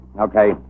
Okay